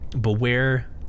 Beware